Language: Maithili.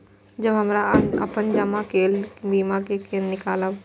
जब हमरा अपन जमा केल बीमा के केना निकालब?